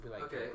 Okay